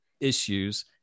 issues